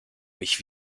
mich